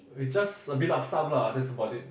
it's just a bit lup-sup lah that's about it